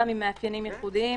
גם עם מאפיינים ייחודיים